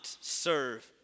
serve